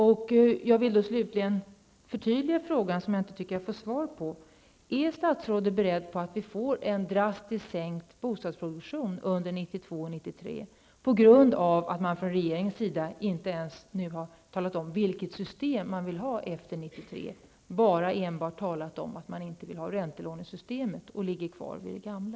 Slutligen vill jag förtydliga min fråga som jag inte tycker att jag har fått något svar på: Är statsrådet beredd på att vi får en drastiskt sänkt bostadsproduktion under 1992 och 1993 på grund av att man från regeringens sida inte ens har talat om vilket system man vill ha 1993? Det har bara talats om att man inte vill ha räntelånesystemet, och man blir kvar vid det gamla.